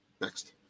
Next